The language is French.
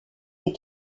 les